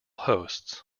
hosts